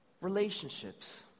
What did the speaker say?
relationships